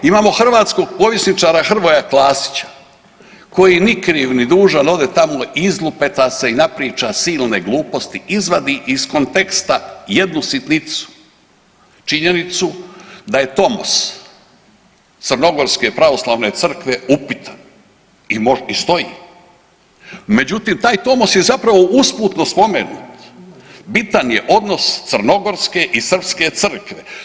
Imamo hrvatskog povjesničara Hrvoja Klasića koji ni kriv ni dužan ode tamo, izlupeta se i napriča silne gluposti, izvadi iz konteksta jednu sitnicu, činjenicu da je tomoc Crnogorske pravoslavne crkve upitan i stoji, međutim, taj tomos je zapravo usputno spomenut, bitan je odnos Crnogorske i Srpske crkve.